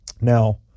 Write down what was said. Now